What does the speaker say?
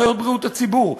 אחיות בריאות הציבור,